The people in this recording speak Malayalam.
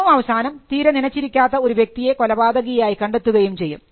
ഏറ്റവും അവസാനം തീരെ നിനച്ചിരിക്കാത്ത ഒരു വ്യക്തിയെ കൊലപാതകിയായി കണ്ടെത്തുകയും ചെയ്യും